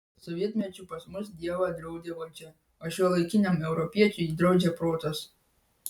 sovietmečiu pas mus dievą draudė valdžia o šiuolaikiniam europiečiui jį draudžia protas